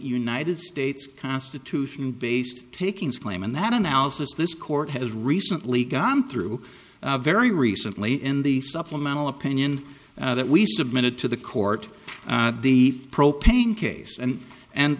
united states constitution based takings claim and that analysis this court has recently gone through a very recently in the supplemental opinion that we submitted to the court the propane case and and